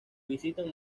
visitan